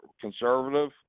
conservative